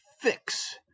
fix